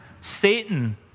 Satan